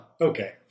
Okay